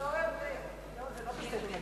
זה לא בסדר להגיע לזה.